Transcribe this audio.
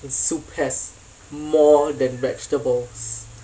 soup has more than vegetables